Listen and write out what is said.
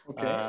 Okay